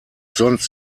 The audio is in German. sonst